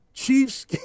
Chiefs